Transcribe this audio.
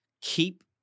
Keep